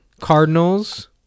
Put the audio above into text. Cardinals –